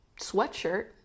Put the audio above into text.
sweatshirt